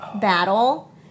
battle